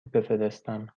بفرستم